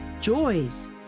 joys